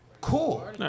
Cool